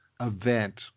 event